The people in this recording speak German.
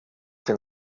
den